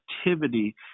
activity